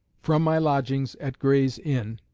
from my lodgings at gray's inn.